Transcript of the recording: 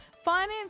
finance